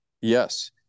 Yes